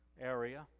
area